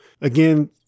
Again